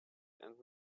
and